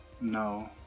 No